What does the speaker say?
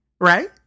right